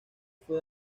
fue